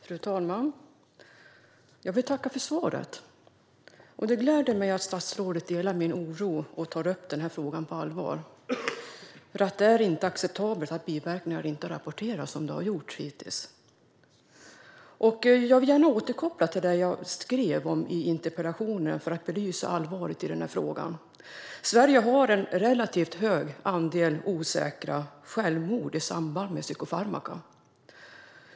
Fru talman! Jag vill tacka för svaret. Det gläder mig att statsrådet delar min oro och tar den här frågan på allvar. Det är inte acceptabelt att biverkningar inte rapporteras, som det varit hittills. Jag vill gärna återkoppla till det jag skrev i interpellationen för att belysa allvaret i frågan. Sverige har en relativt hög andel osäkra självmord i samband med psykofarmaka.